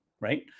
right